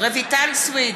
רויטל סויד,